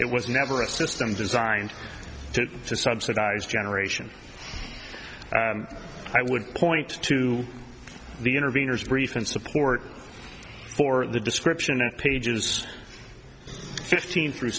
it was never a system designed to subsidize generation i would point to the interveners brief in support for the description of pages fifteen through